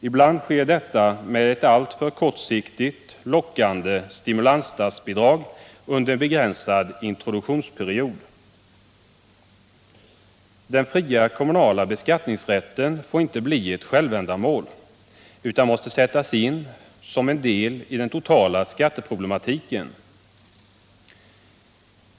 Ibland sker detta med ett alltför kortsiktigt lockande ”stimulansstatsbidrag” under en begränsad introduktionsperiod. Den fria kommunala beskattningsrätten får inte bli ett självändamål, utan måste sättas in som en del i den totala skatteproblematiken.